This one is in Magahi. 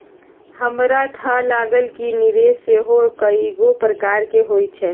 हमरा थाह लागल कि निवेश सेहो कएगो प्रकार के होइ छइ